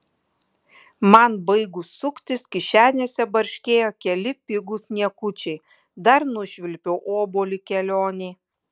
man baigus suktis kišenėse barškėjo keli pigūs niekučiai dar nušvilpiau obuolį kelionei